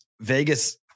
Vegas